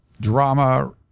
drama